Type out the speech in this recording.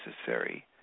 necessary